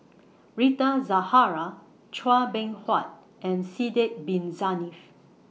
Rita Zahara Chua Beng Huat and Sidek Bin Saniff